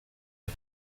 des